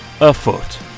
afoot